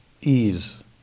ease